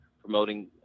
promoting